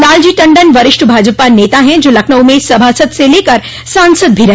लालजी टण्डन वरिष्ठ भाजपा नेता है जो लखनऊ में सभासद से लेकर सांसद भी रहे